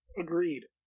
Agreed